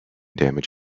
damage